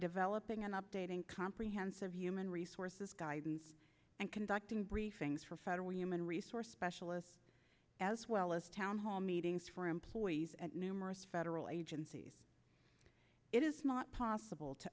developing and updating comprehensive human resources guidance and conducting briefings for federal human resource specialists as well as town hall meetings for employees and numerous federal agencies it is not possible to